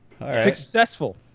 successful